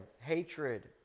hatred